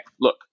look